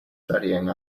studying